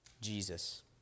Jesus